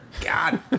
God